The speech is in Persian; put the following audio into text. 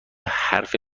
حرفت